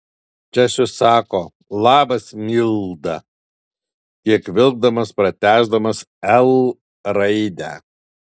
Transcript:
česius sako labas milda kiek vilkdamas patęsdamas l raidę